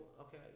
okay